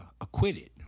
acquitted